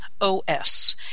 OS